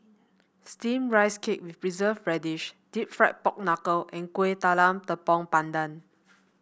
steamed Rice Cake with Preserved Radish deep fried Pork Knuckle and Kuih Talam Tepong Pandan